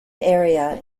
area